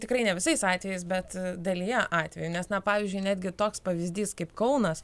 tikrai ne visais atvejais bet dalyje atvejų nes na pavyzdžiui netgi toks pavyzdys kaip kaunas